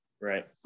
right